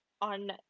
on